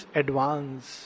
advance